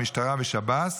המשטרה ושב"ס,